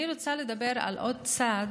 אני רוצה לדבר על עוד צד